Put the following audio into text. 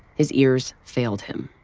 his ears failed him.